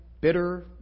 bitter